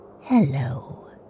Hello